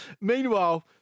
Meanwhile